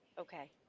Okay